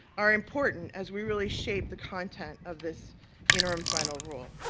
are important as we really shape the content of this interim final rule.